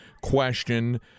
question